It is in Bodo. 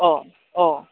औ औ